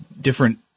different